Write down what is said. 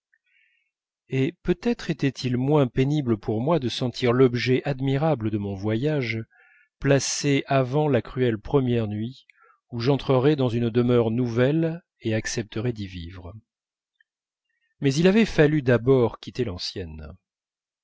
et peut-être était-il moins pénible pour moi de sentir l'objet admirable de mon voyage placé avant la cruelle première nuit où j'entrerais dans une demeure nouvelle et accepterais d'y vivre mais il avait fallu d'abord quitter l'ancienne